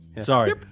Sorry